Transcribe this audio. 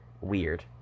weird